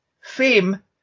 Fame